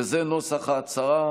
וזה נוסח ההצהרה: